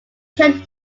turned